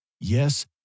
yes